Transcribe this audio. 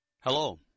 Hello